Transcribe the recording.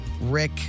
Rick